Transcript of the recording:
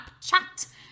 Snapchat